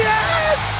Yes